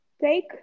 take